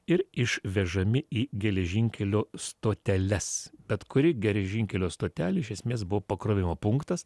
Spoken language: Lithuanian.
ir išvežami į geležinkelio stoteles bet kuri geležinkelio stotelė iš esmės buvo pakrovimo punktas